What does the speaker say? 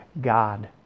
God